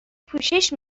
پوشش